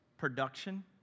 Production